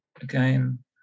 again